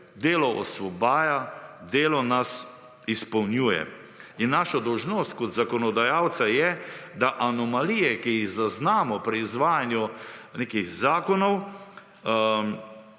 delo osvobaja, delo nas izpolnjuje. In naša dolžnost kot zakonodajalca je, da anomalije, ki jih zaznamo pri izvajanju nekih zakonov,